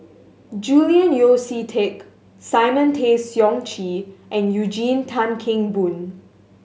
Julian Yeo See Teck Simon Tay Seong Chee and Eugene Tan Kheng Boon